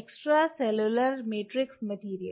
extracellular matrix material